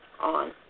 on